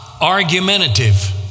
argumentative